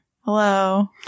Hello